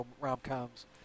rom-coms